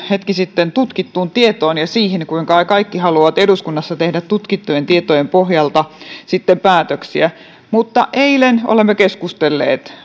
hetki sitten viitattiin tutkittuun tietoon ja siihen kuinka kaikki haluavat eduskunnassa tehdä tutkittujen tietojen pohjalta päätöksiä mutta eilen olemme keskustelleet